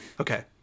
Okay